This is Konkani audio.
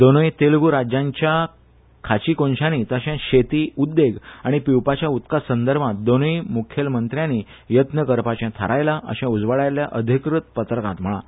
दोनूय तेलगू राज्यांच्या खाची कोनशानी तशेच शेती उद्देग आनी पिवपाच्या उदका संदर्भांत दोनूय मुखेलमंत्र्यानी यत्न करपाचे थारायला अशें उजवाडायल्ल्या अधिकृत पत्रकांत म्हळा